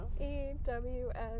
E-W-S